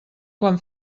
quan